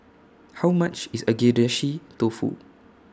How much IS Agedashi Dofu